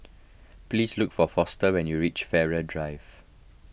please look for Foster when you reach Farrer Drive